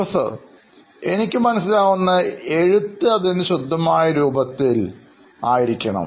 professor എനിക്ക് മനസ്സിലാകുന്നത് എഴുത്ത് അതിൻറെ ശുദ്ധമായ രൂപത്തിൽ ആയിരിക്കണം